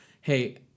hey